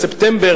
בספטמבר,